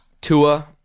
Tua